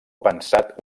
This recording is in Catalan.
pensat